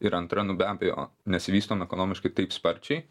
ir antra nu be abejo nesivystom ekonomiškai taip sparčiai